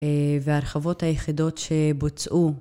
והרחבות היחידות שבוצעו